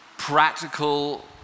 practical